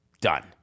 Done